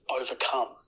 overcome